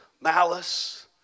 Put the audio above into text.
malice